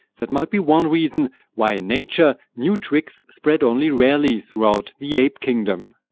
that might be one reason why, in nature, new tricks spread only rarely throughout the ape kingdom.